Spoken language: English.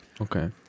okay